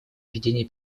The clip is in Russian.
ведения